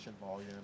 volume